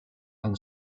than